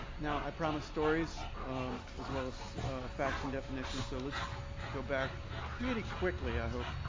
now i promised stories as well as facts and definitions. so let's go back pretty quickly, i hope,